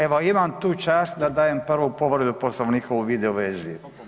Evo imam tu čast da daje prvu povredu Poslovnika u video vezi.